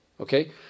okay